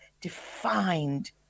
defined